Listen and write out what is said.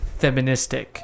feministic